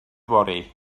fory